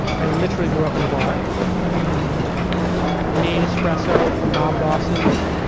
i literally grew up in a bar yeah and made espresso for my bosses,